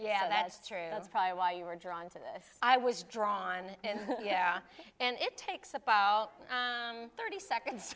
yeah that's true that's probably why you were drawn to this i was drawn in yeah and it takes about thirty seconds